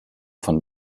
von